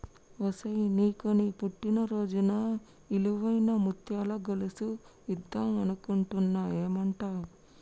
ఒసేయ్ నీకు నీ పుట్టిన రోజున ఇలువైన ముత్యాల గొలుసు ఇద్దం అనుకుంటున్న ఏమంటావ్